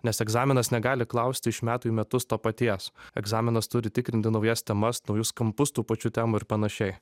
nes egzaminas negali klausti iš metų į metus to paties egzaminas turi tikrinti naujas temas naujus kampus tų pačių temų ir panašiai